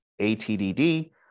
ATDD